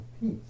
peace